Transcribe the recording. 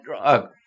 drug